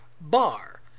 bar